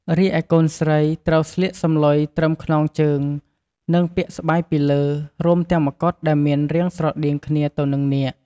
រីឯកូនស្រី ត្រូវស្លៀកសំឡុយត្រឹមខ្នងជើង និងពាក់ស្បៃពីលើ រួមទាំងម្កុដដែលមានរាងស្រដៀងគ្នាទៅនឹងនាគ។